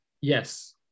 Yes